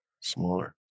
Smaller